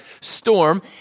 storm